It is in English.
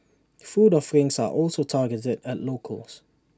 food offerings are also targeted at locals